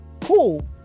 cool